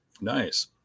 Nice